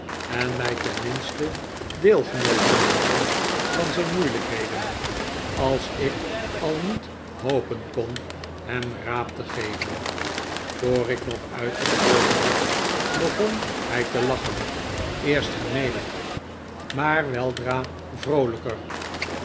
en mij tenminste deelgenoot te maken van zijn moeilijkheden als ik al niet hopen kon hem raad te geven voor ik nog uitgesproken had begon hij te lachen eerst gemelijk maar weldra vroolijker